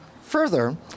Further